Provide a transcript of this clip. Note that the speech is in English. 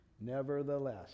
Nevertheless